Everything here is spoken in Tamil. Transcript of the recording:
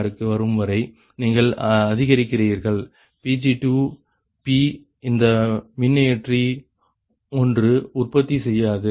76 க்கு வரும்வரை நீங்கள் அதிகரிக்கிறீர்கள் Pg2 P இந்த மின்னியற்றி ஒன்று உற்பத்தி செய்யாது